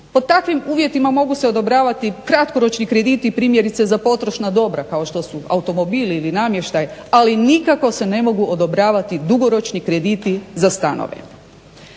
pod takvim uvjetima mogu se odobravati kratkoročni krediti primjerice za potrošna dobra kao što su automobili ili namještaj, ali nikako se ne mogu odobravati dugoročni krediti za stanove.